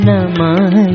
Namah